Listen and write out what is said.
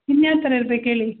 ಇನ್ಯಾವ ಥರ ಇರ್ಬೇಕು ಹೇಳಿ